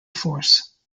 force